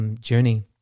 Journey